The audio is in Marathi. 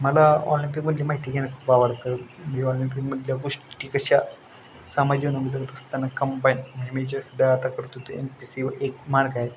मला ऑलिम्पिकमधली माहिती घेणं खूप आवडतं मी ऑलिम्पिकमधल्या गोष्टी कशा समाज जीवना कंबाईन नेहमीच्यासुद्धा आता करतो तो एम पी एस सीवर एक मार्ग आहे